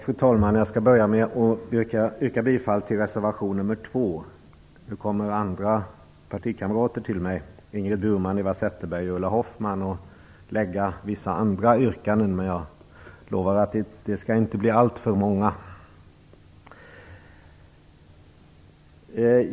Fru talman! Jag börjar med att yrka bifall till reservation nr 2. Mina partikamrater Ingrid Burman, Eva Zetterberg och Ulla Hoffmann kommer att lägga vissa andra yrkanden. Jag lovar dock att det inte blir alltför många.